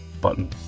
button